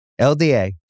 LDA